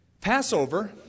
Passover